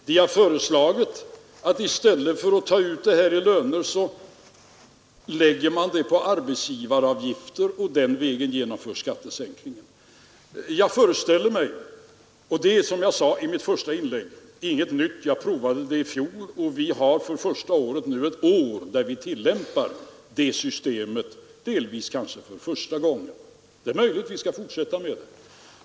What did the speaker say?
De har föreslagit att de anställda genom minskade skatter skulle få ökade reallöner och att arbetsgivarna i stället för att betala löneökningar skulle få höjda arbetsgivaravgifter. Som jag sade i mitt första inlägg är detta ingenting nytt, för jag provade det i fjol. Vi har nu ett år där vi tillämpar detta system — delvis för första gången. Det är möjligt att vi skall fortsätta därmed.